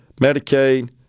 Medicaid